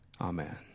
Amen